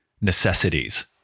necessities